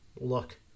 look